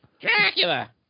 Dracula